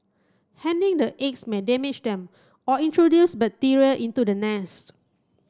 handling the eggs may damage them or introduce bacteria into the nest